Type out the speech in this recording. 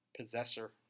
Possessor